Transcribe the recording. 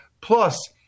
plus